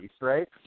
Right